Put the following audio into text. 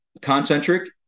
concentric